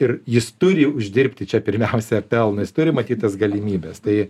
ir jis turi uždirbti čia pirmiausia pelną jis turi matyt tas galimybes tai